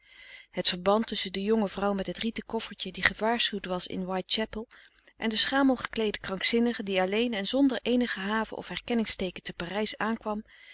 het verband tusschen de jonge vrouw met het rieten koffertje die gewaarschuwd was in white chapel en de schamel gekleede krankzinnige die alleen en zonder eenige have of herkenningsteeken te parijs aankwam